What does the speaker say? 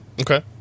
Okay